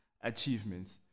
achievements